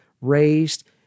raised